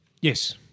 Yes